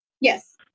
Yes